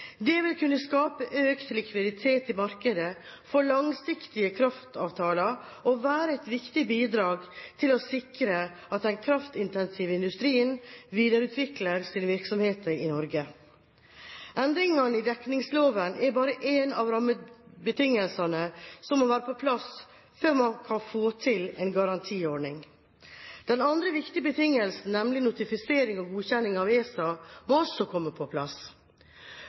Det vil kunne skape økt likviditet i markedet for langsiktige kraftavtaler og være et viktig bidrag til å sikre at den kraftintensive industrien videreutvikler sine virksomheter i Norge. Endringene i dekningsloven er bare en av rammebetingelsene som må være på plass før man kan få til en garantiordning. Den andre viktige betingelsen, nemlig notifisering og godkjennelse av ESA, må også komme på plass.